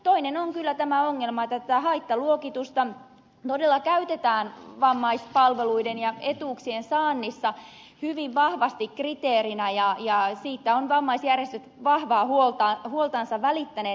toinen on kyllä tämä ongelma että tätä haittaluokitusta todella käytetään vammaispalveluiden ja etuuksien saannissa hyvin vahvasti kriteerinä ja siitä ovat vammaisjärjestöt vahvaa huoltansa välittäneet